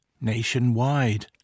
nationwide